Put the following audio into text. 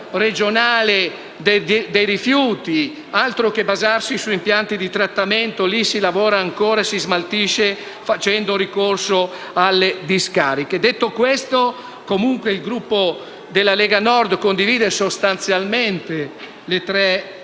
regionale dei rifiuti. Invece che basarsi su impianti di trattamento, lì si lavora ancora e si smaltisce facendo ricorso alle discariche. Detto questo, il Gruppo della Lega Nord condivide sostanzialmente le tre